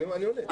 אני עונה.